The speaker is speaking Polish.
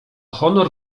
honor